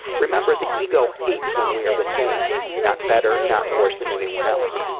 remember, the ego hates when we are the same. not better, not worse than anyone else.